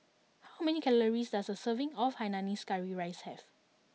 how many calories does a serving of Hainanese Curry Rice have